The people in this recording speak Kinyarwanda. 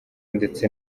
ndetse